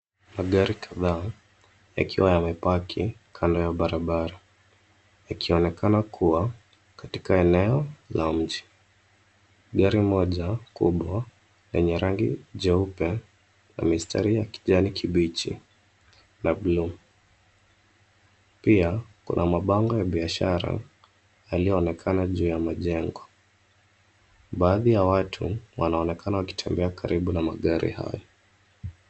Magari kadhaa yakiwa yamepaki kando ya barabara, yakionekana kuwa katika eneo la mji gari moja kubwa yenye rangi jeupe ya mistari ya kijani kibichi na buluu, pia kuna mabango ya biashara yaliyoonekana juu ya majengo ,baadhi ya watu wanaonekana wakitembea karibu na magari hayo.